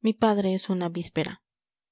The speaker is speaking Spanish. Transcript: mi padre es una víspera